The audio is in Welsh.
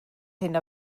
hyn